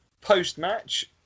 post-match